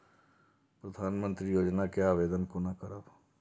प्रधानमंत्री योजना के आवेदन कोना करब?